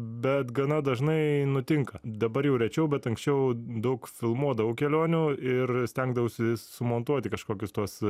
bet gana dažnai nutinka dabar jau rečiau bet anksčiau daug filmuodavau kelionių ir stengdavausi sumontuoti kažkokius tuos